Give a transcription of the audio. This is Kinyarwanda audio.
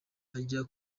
ajya